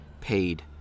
paid